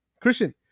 Christian